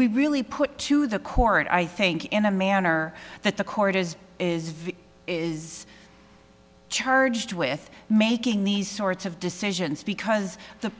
we really put to the court i think in a manner that the court is is is very charged with making these sorts of decisions because the